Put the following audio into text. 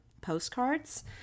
postcards